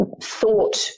thought